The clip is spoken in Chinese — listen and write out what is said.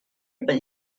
日本